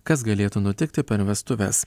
kas galėtų nutikti per vestuves